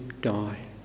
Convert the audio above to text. die